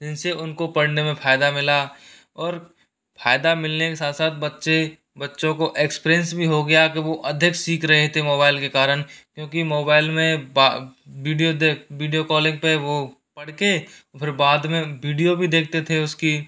जिन से उनको पढ़ने में फ़ायदा मिला और फ़ायदा मिलने के साथ साथ बच्चे बच्चों को एक्सपीरियंस भी हो गया कि वो अध्यक्ष सीख रहें थें मोबाइल के कारण क्योंकि मोबाइल में वीडियो देख वीडियो कॉलिंग पर वो पढ़ कर फिर बाद में वीडियो भी देखते थें उसकी